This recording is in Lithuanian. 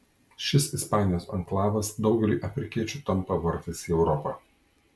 šis ispanijos anklavas daugeliui afrikiečių tampa vartais į europą